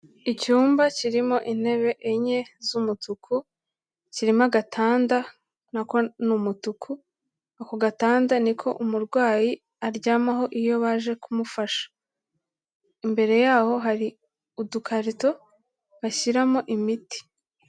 Icyumba kirimo intebe enye z'umutuku, kirimo agatanda na ko ni umutuku, ako gatanda ni ko umurwayi aryamaho iyo baje kumufasha. Imbere yaho hari udukarito bashyiramo imiti.